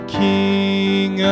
king